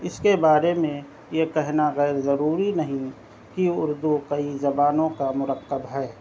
اس کے بارے میں یہ کہنا غیر ضروری نہیں کہ اردو کئی زبانوں کا مرکب ہے